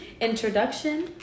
introduction